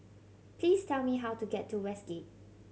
please tell me how to get to Westgate